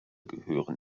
gehören